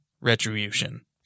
retribution